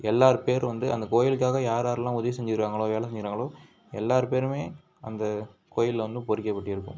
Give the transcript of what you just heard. எல்லார் பேரும் வந்து அந்த கோவிலுக்காக யாராருலாம் உதவி செஞ்சுருக்காங்களோ வேலை செய்கிறாங்களோ எல்லார் பேரும் அந்த கோவில்ல வந்து பொறிக்கப்பட்டிருக்கும்